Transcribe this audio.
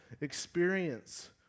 experience